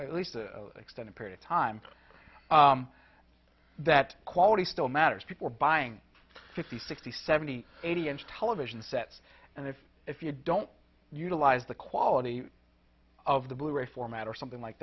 at least a extended period of time that quality still matters people are buying fifty sixty seventy eighty inch television sets and if if you don't utilize the quality of the blu ray format or something like